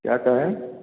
क्या कहें